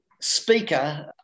speaker